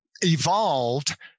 evolved